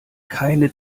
keine